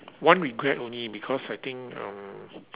one regret only because I think uh